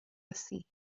así